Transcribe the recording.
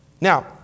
Now